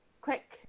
quick